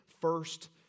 first